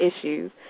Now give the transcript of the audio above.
issues